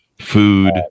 Food